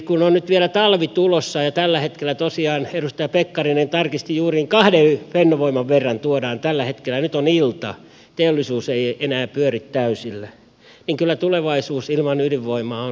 kun nyt on vielä talvi tulossa ja tällä hetkellä tosiaan edustaja pekkarinen tarkistin juuri kahden fennovoiman verran tuodaan tällä hetkellä nyt on ilta teollisuus ei enää pyöri täysillä niin kyllä tulevaisuus ilman ydinvoimaa on kovin hatara